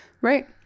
Right